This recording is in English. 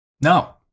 No